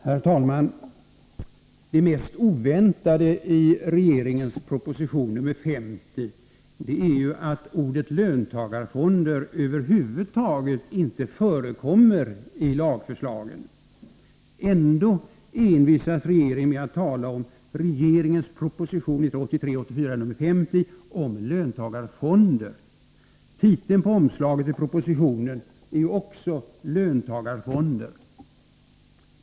Herr talman! Det mest oväntade i regeringens proposition nr 50 är att ordet löntagarfonder över huvud taget inte förekommer i lagförslagen. Ändå envisas regeringen med att tala om regeringens proposition 1983/84:50 om löntagarfonder. Titeln på omslaget till propositionen är också Löntagarfonder.